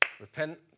repent